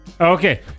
Okay